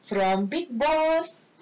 from bigg boss